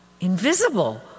invisible